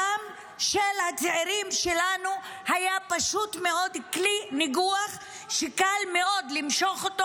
הדם של הצעירים שלנו היה פשוט מאוד כלי ניגוח שקל מאוד למשוך,